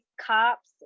cops